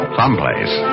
someplace